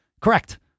correct